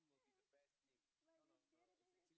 but you didn't